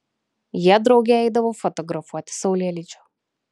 jie drauge eidavo fotografuoti saulėlydžio